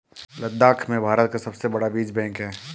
लद्दाख में भारत का सबसे बड़ा बीज बैंक है